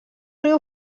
riu